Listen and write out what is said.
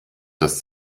das